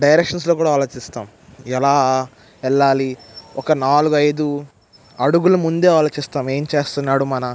డైరెక్షన్స్లో కూడా ఆలోచిస్తాం ఎలా వెళ్ళాలి ఒక నాలుగు ఐదు అడుగులు ముందే ఆలోచిస్తాం ఏం చేస్తున్నాడు మన